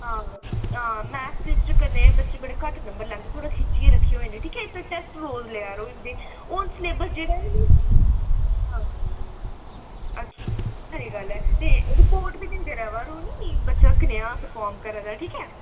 हां हां मैथ च कन्ने बच्चे बड़े घट्ट नंबर लैंदे थोह्ड़ा खिच्चियै रक्खेओ इनें ई ठीक ऐ टैस्ट रोज लेआ रो इं'दे हून स्लेबस जेह्ड़ा निं हां अच्छा खरी गल्ल ऐ ते रिपोर्ट बी दिंदे र'वै करो निं बच्चा कनेहा परफार्म करै दा ठीक ऐ